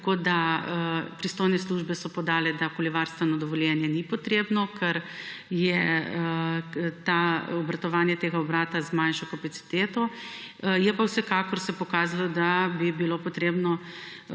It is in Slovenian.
Pristojne službe so podale, da okoljevarstveno dovoljenje ni potrebno, ker je obratovanje tega obrata z manjšo kapaciteto. Vsekakor pa se pokazalo, da bi bilo treba